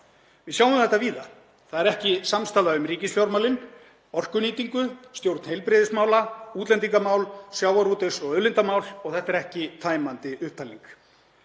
Við sjáum þetta víða. Það er ekki samstaða um ríkisfjármálin, orkunýtingu, stjórn heilbrigðismála, útlendingamál eða sjávarútvegs- og auðlindamál. Og þetta er ekki tæmandi upptalning.